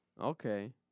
Okay